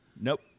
Nope